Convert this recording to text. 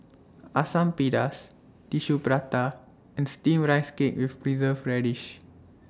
Asam Pedas Tissue Prata and Steamed Rice Cake with Preserved Radish